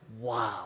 wow